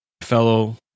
fellow